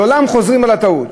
לעולם חוזרים על הטעות.